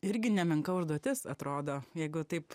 irgi nemenka užduotis atrodo jeigu taip